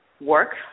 work